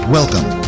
Welcome